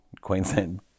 Queensland